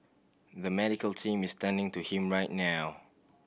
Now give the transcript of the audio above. the medical team is attending to him right now